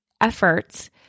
efforts